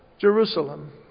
Jerusalem